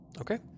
Okay